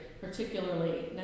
particularly